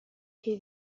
que